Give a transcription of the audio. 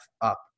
up